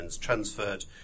transferred